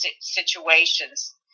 situations